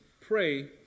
pray